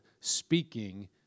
speaking